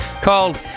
called